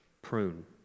prune